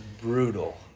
brutal